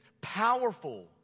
powerful